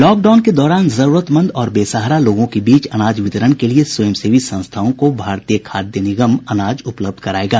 lock down के दौरान जरूरतमंद और बेसहार लोगों के बीच अनाज वितरण के लिए स्वयंसेवी संस्थाओं को भारतीय खादय निगम अनाज उपलब्ध करायेगा